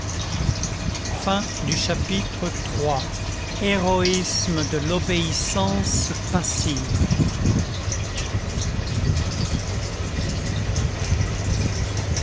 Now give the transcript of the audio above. chapitre iii héroïsme de l'obéissance passive